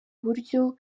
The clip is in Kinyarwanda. uburyo